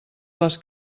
les